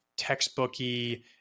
textbooky